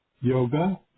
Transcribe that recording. yoga